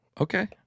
Okay